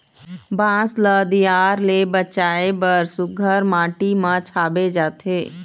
बांस ल दियार ले बचाए बर सुग्घर माटी म छाबे जाथे